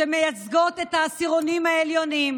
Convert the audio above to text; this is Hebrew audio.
שמייצגות את העשירונים העליונים.